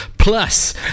Plus